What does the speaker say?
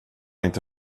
inte